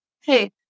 hey